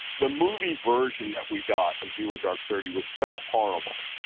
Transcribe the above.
the movie version that we got of zero dark thirty was so horrible,